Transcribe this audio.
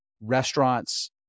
restaurants